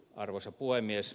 arvoisa puhemies